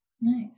Nice